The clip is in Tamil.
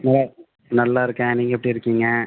நல்லா நல்லா இருக்கேன் நீங்கள் எப்படி இருக்கீங்க